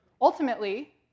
Ultimately